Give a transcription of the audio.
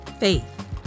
faith